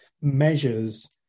measures